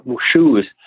shoes